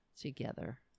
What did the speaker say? together